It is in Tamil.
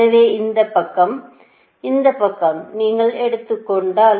எனவே இந்த பக்கம் இந்த பக்கம் நீங்கள் எடுத்துக் கொண்டால்